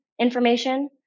information